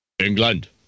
England